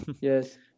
Yes